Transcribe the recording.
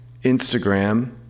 Instagram